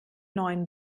neuen